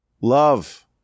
Love